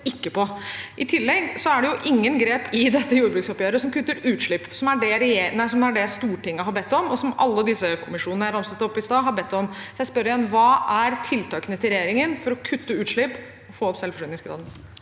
I tillegg er det ingen grep i dette jordbruksoppgjøret som kutter utslipp, som er det Stortinget har bedt om, og som alle de kommisjonene jeg ramset opp i stad, har bedt om. Jeg spør igjen: Hva er tiltakene til regjeringen for å kutte utslipp og få opp selvforsyningsgraden?